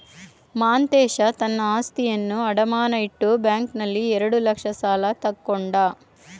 ಮಾಂತೇಶ ತನ್ನ ಆಸ್ತಿಯನ್ನು ಅಡಮಾನ ಇಟ್ಟು ಬ್ಯಾಂಕ್ನಲ್ಲಿ ಎರಡು ಲಕ್ಷ ಸಾಲ ತಕ್ಕೊಂಡ